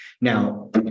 now